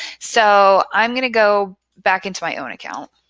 so i'm going to go back into my own account